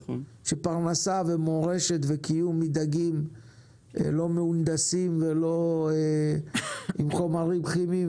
שפרנסה ומורשת וקיום מדגים לא מהונדסים ולא עם חומרים כימיים